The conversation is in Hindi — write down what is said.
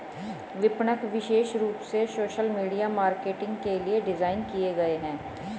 विपणक विशेष रूप से सोशल मीडिया मार्केटिंग के लिए डिज़ाइन किए गए है